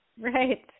Right